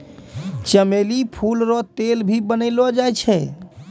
चमेली फूल रो तेल भी बनैलो जाय छै